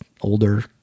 older